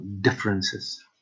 differences